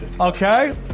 Okay